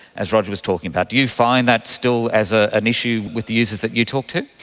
as roger was talking about, do you find that still as ah an issue with the users that you talk to?